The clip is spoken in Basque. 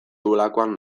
duelakoan